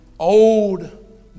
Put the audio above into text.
Old